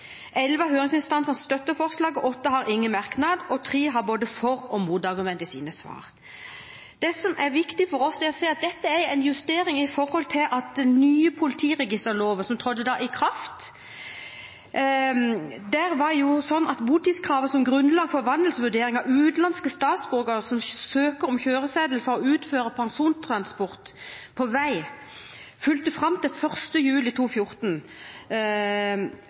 elleve av høringsinstansene støtter forslaget, åtte har ingen merknad, og tre har både for- og motargumenter i sine svar. Det som er viktig for oss, er at dette er en justering i tilknytning til den nye politiregisterloven som trådte i kraft. Det var sånn at botidskravet som grunnlag for vandelsvurderingen av utenlandske statsborgere som søker om kjøreseddel for å utføre persontransport på vei, fulgte fram til 1. juli